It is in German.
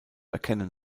erkennen